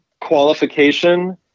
qualification